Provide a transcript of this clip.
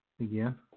Again